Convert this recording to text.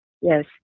Yes